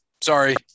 sorry